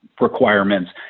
requirements